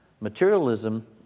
Materialism